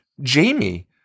Jamie